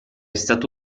stato